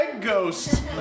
ghost